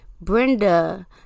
Brenda